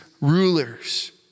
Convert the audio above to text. rulers